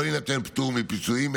לא יינתן פטור מפיצויים,